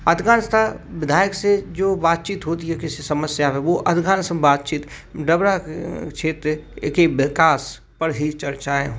अधिकांशतः विधायक से जो बातचीत होती है किसी समस्या पे वो क्षेत्र के विकास पर ही चर्चा